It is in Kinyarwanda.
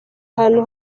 ahantu